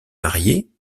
marié